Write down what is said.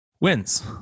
wins